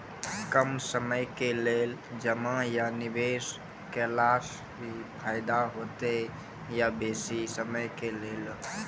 कम समय के लेल जमा या निवेश केलासॅ फायदा हेते या बेसी समय के लेल?